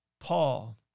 Paul